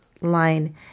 line